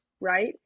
right